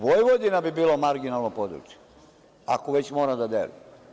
Vojvodina bi bila marginalno područje, ako već mora da deli.